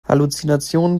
halluzinationen